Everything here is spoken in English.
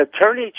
Attorney